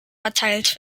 verteilt